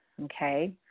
Okay